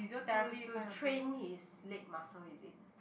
to to train his leg muscle is it